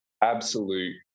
absolute